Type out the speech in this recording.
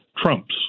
trumps